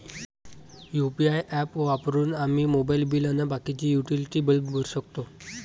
UPI app वापरून आम्ही mobile bill अन बाकीचे युटिलिटी बिल भरू शकतो